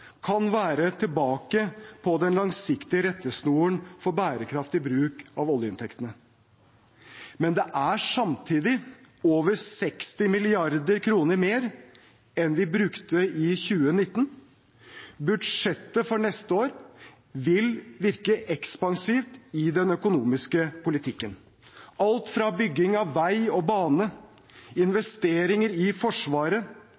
kan være tilbake på den langsiktige rettesnoren for bærekraftig bruk av oljeinntektene. Men det er samtidig over 60 mrd. kr mer enn vi brukte i 2019. Budsjettet for neste år vil virke ekspansivt i den økonomiske politikken. Alt fra bygging av vei og bane,